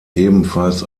ebenfalls